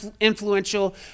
influential